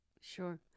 Sure